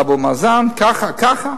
לאבו מאזן ככה וככה.